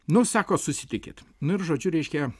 nu sako susitikit nu ir žodžiu reiškia